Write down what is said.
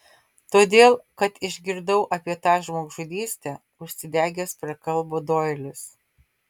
todėl kad išgirdau apie tą žmogžudystę užsidegęs prakalbo doilis